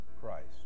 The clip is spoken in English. Christ